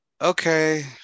okay